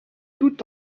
tout